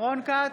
רון כץ,